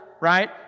right